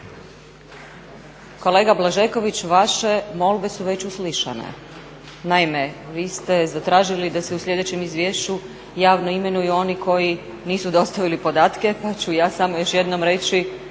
Kolega Blažeković vaše molbe su već uslišane. Naime, vi ste zatražili da se u sljedećem izvješću javno imenuju oni koji nisu dostavili podatke pa ću ja samo još jednom reći